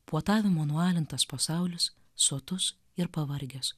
puotavimo nualintas pasaulis sotus ir pavargęs